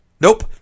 Nope